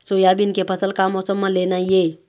Soybean के फसल का मौसम म लेना ये?